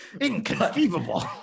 Inconceivable